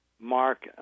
Mark